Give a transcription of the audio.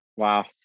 Wow